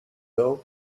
though